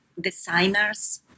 designers